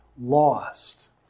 lost